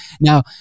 now